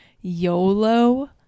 YOLO